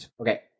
Okay